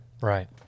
Right